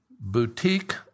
boutique